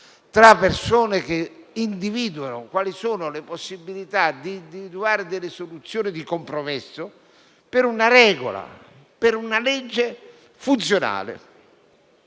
tra persone che colgono quali sono le possibilità di individuare soluzioni di compromesso per addivenire a una legge funzionale.